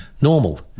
normal